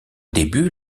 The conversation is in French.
début